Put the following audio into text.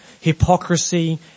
hypocrisy